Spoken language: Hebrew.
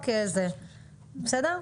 בסדר?